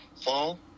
fall